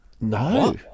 No